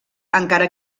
encara